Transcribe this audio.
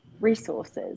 resources